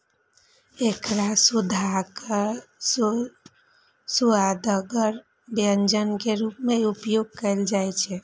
एकरा सुअदगर व्यंजन के रूप मे उपयोग कैल जाइ छै